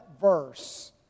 verse